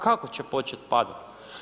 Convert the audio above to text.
Kako će početi padat?